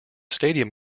stadium